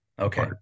Okay